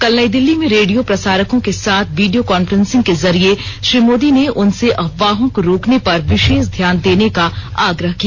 कल नई दिल्ली में रेडियो प्रसारकों के साथ वीडियो कांफ्रेसिंग के जरिए श्री मोदी ने उनर्से अफवाहों की रोकने पर विशेष ध्यान देने का आग्रह किया